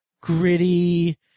gritty